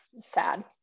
sad